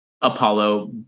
Apollo